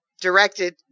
directed